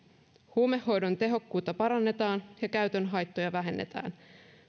huumehoidon tehokkuutta parannetaan ja käytön haittoja vähennetään